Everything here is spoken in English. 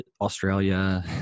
Australia